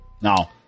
Now